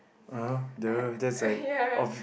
uh duh the that's like of